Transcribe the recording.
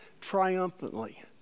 triumphantly